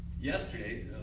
yesterday